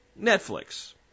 Netflix